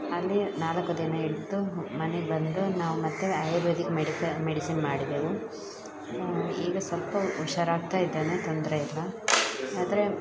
ಅಲ್ಲಿ ನಾಲ್ಕು ದಿನ ಇದ್ದು ಮನೆಗೆ ಬಂದು ನಾವು ಮತ್ತೆ ಆಯುರ್ವೇದಿಕ್ ಮೆಡಿಕ ಮೆಡಿಸಿನ್ ಮಾಡಿದೆವು ಈಗ ಸ್ವಲ್ಪ ಹುಷಾರಾಗ್ತಾ ಇದ್ದಾನೆ ತೊಂದರೆಯಿಲ್ಲ ಆದರೆ